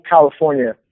California